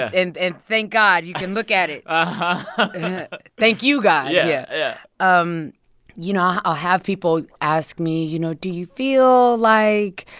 and and thank god, you can look at it but thank you, god. yeah yeah, yeah um you know, i'll have people ask me, you know, do you feel like